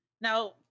Now